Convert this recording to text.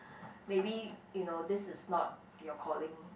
maybe you know this is not your calling